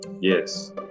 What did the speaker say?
Yes